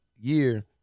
year